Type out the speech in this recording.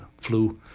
flu